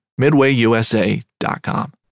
MidwayUSA.com